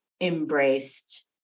embraced